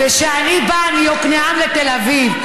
וכשאני באה מיקנעם לתל אביב,